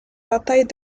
bataille